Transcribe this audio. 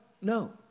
No